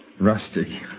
Rusty